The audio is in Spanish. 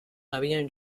habían